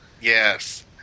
Yes